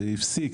זה הפסיק,